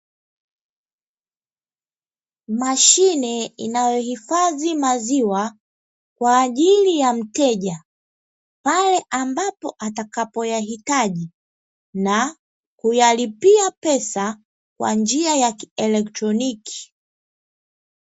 Mashine inayoyahifadhi maziwa kwaajili ya mteja, pale ambapo atakapoyahitaji na kuyalipia pesa kwa njia ya kielektroniki.